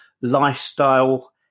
lifestyle